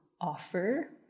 offer